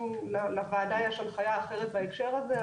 אם לוועדה יש הנחיה אחרת בהקשר הזה,